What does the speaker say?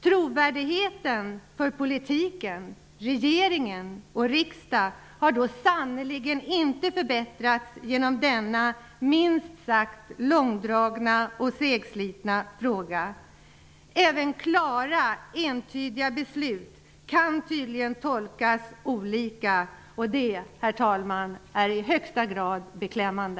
Trovärdigheten för politiken, regeringen och riksdagen har då sannerligen inte förbätrats genom denna minst sagt långdragna och segslitna behandling av frågan. Även klara och entydiga beslut kan tydligen tolkas olika. Herr talman! Det är i högsta grad beklämmande.